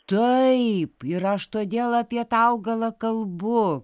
taip ir aš todėl apie tą augalą kalbu